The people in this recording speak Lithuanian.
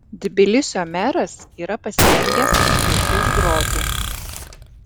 tbilisio meras yra pasirengęs atsidurti už grotų